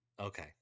Okay